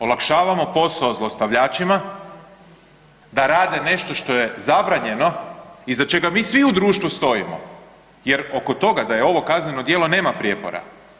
Olakšavamo posao zlostavljačima da rade nešto što je zabranjeno iza čega mi svi u društvu stojimo jer oko toga da je ovo kazneno dijelo nema prijepora.